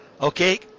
Okay